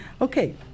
Okay